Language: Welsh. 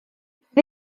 roedd